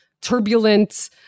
turbulent